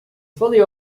fully